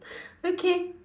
okay